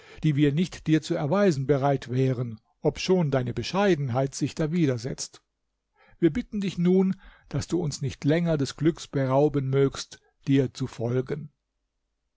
die wir nicht dir zu erweisen bereit wären obschon deine bescheidenheit sich dawider setzt wir bitten dich nun daß du uns nicht länger des glücks berauben mögst dir zu folgen